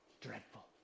dreadful